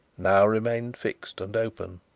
now remained fixed and open.